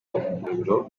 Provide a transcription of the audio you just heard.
umuriro